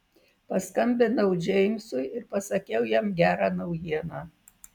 paskambinau džeimsui ir pasakiau jam gerą naujieną